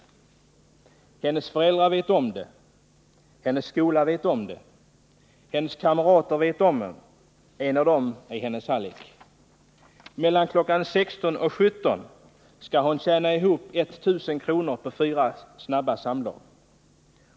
Hennes föräldrar vet om det. Hennes skola vet om det. Hennes kamrater vet om det, en av dem är hennes hallick. Mellan klockan 16 och klockan 17 skall hon tjäna ihop ett tusen kronor på fyra snabba samlag.